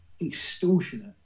extortionate